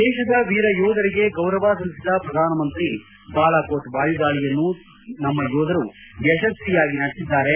ದೇಶದ ವೀರ ಯೋಧರರಿಗೆ ಗೌರವ ಸಲ್ಲಿಸಿದ ಪ್ರಧಾನಮಂತ್ರಿ ಬಾಲಾಕೋಟ್ ವಾಯುದಾಳಿಯನ್ನು ತಮ್ಮ ಯೋಧರು ಯಶಸ್ವಿಯಾಗಿ ನಡೆಸಿದ್ದಾರೆ